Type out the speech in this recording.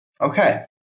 okay